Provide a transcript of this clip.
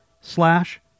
slash